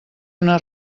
una